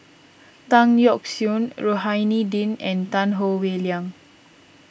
Tan Yeok Seong Rohani Din and Tan Howe Liang